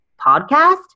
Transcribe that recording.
podcast